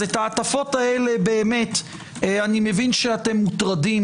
את ההטפות הללו - אני מבין שאתם מוטרדים